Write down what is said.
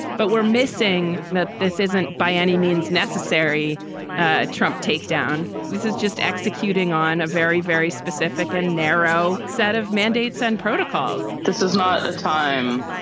but we're missing that this isn't by any means necessary a trump takedown. this is just executing on a very very specific and narrow set of mandates and protocols this is not a time.